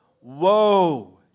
Woe